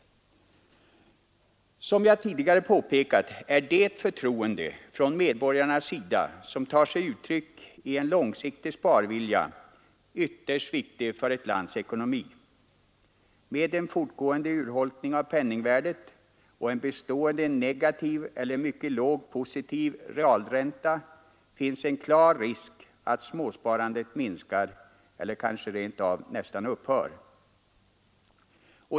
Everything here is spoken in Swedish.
Som jag tidigare påpekat, är det förtroende från medborgarnas sida som tar sig i uttryck i en långsiktig sparvilja ytterst viktigt för ett lands ekonomi. Med en fortgående urholkning av penningvärdet och bestående negativ eller mycket låg positiv realränta finns en klar risk att småsparandet minskar eller kanske rent av nästan upphör.